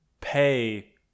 pay